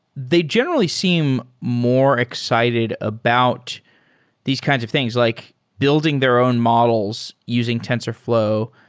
they generally seem more excited about these kinds of things, like building their own models using tensorflow,